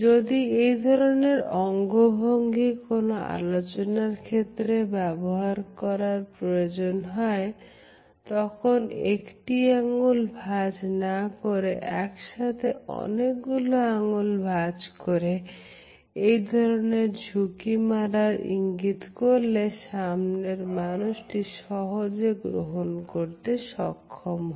যদি এই ধরনের অঙ্গভঙ্গি কোনো আলোচনার ক্ষেত্রে ব্যবহার করার প্রয়োজন হয় তখন একটি আঙ্গুল ভাজ না করে একসাথে অনেকগুলো আঙ্গুল ভাজ করে এই ধরনের ঝুঁকি মারার ইঙ্গিত করলে সামনের মানুষটি সহজে গ্রহণ করতে সক্ষম হয়